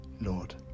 Lord